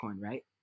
right